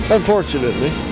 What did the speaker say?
Unfortunately